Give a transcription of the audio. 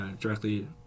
directly